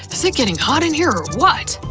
so getting hot in here, or what?